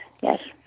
yes